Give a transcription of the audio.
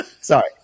sorry